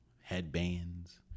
headbands